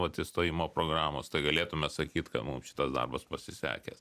vat įstojimo programos tai galėtume sakyt kad mum šitas darbas pasisekęs